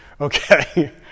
Okay